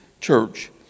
church